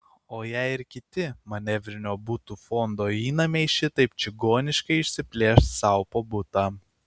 o jei ir kiti manevrinio butų fondo įnamiai šitaip čigoniškai išsiplėš sau po butą